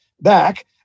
back